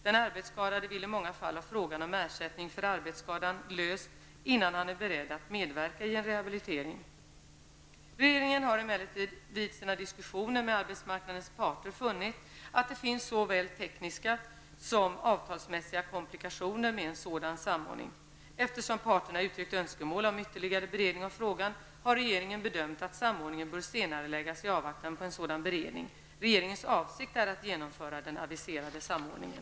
Den arbetsskadade vill i många fall ha frågan om ersättning för arbetsskadan löst innan han är beredd att medverka i en rehabilitering. Regeringen har emellertid vid sina diskussioner med arbetsmarknadens parter funnit att det finns såväl tekniska som avtalsmässiga komplikationer med en sådan samordning. Eftersom parterna uttryckt önskemål om ytterligare beredning av frågan har regeringen bedömt att samordningen bör senareläggas i avvaktan på en sådan beredning. Regeringens avsikt är att genomföra den aviserade samordningen.